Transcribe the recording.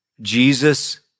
Jesus